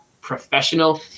professional